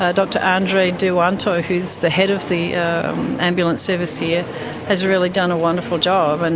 ah dr andre duanto, who's the head of the ambulance service here has really done a wonderful job. and